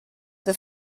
that